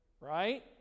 right